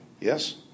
Yes